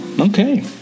Okay